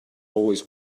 always